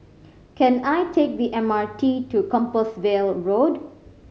can I take the M R T to Compassvale Road